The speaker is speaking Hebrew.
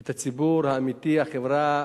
את הציבור האמיתי, החברה